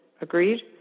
Agreed